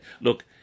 Look